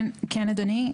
כן, אדוני.